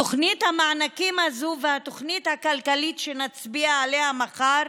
תוכנית המענקים הזאת והתוכנית הכלכלית שנצביע עליה מחר